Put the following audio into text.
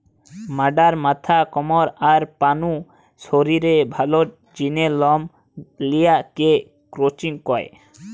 ম্যাড়ার মাথা, কমর, আর পা নু শরীরের ভালার জিনে লম লিয়া কে ক্রচিং কয়